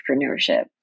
entrepreneurship